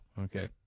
Okay